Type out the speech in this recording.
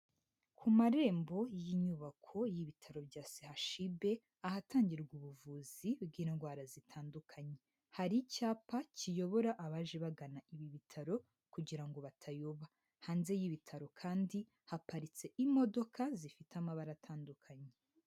Ku marembo y'inyubako y'ibitaro bya CHUB ahatangirwa ubuvuzi bw'indwara zitandukanye hari icyapa kiyobora abaje bagana ibi bitaro kugira ngo batayoba hanze y'ibitaro kandi haparitse imodoka zifite amabara atandukanye.